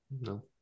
No